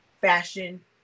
fashion